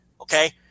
Okay